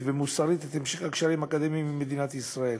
ומוסרית את המשך הקשרים האקדמיים עם מדינת ישראל.